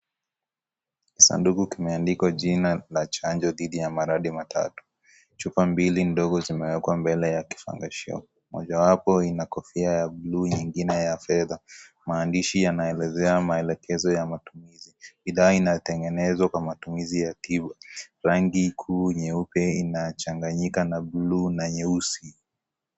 Sanduku kimeandikwa jina la chanjo dhidi ya maradhi matatu. Chupa mbili ndogo zimewekwa mbele ya kifangashio. Mojawapo ina kofia ya bluu, nyingine ya fedha. Maandishi yanaelezea maelekezo ya matumizi. Bidhaa inatengenezwa kwa matumizi ya tiba. Rangi kuu nyeupe inachanganyika na bluu na nyeusi.